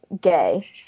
gay